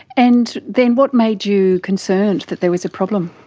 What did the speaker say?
and then what made you concerned that there was a problem?